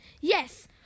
Yes